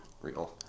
real